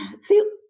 see